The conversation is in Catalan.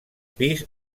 pis